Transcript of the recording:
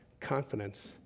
confidence